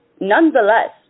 nonetheless